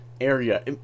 area